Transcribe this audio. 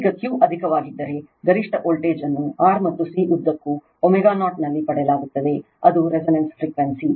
ಈಗ Q ಅಧಿಕವಾಗಿದ್ದರೆ ಗರಿಷ್ಠ ವೋಲ್ಟೇಜ್ ಅನ್ನು R ಮತ್ತು C ಉದ್ದಕ್ಕೂ ω0 ನಲ್ಲಿ ಪಡೆಯಲಾಗುತ್ತದೆ ಅದು ರೆಸೋನೆನ್ಸ್ ಫ್ರಿಕ್ವೆನ್ಸಿ